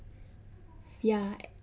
ya